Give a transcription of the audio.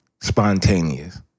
spontaneous